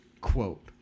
quote